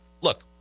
Look